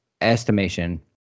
estimation